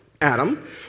Adam